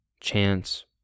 chance